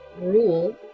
rule